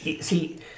See